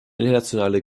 internationale